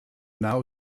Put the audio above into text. now